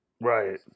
right